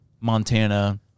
montana